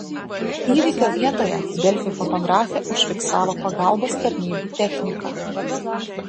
įvykio vietoje delfi fotografė užfiksavo pagalbos tarnybų techniką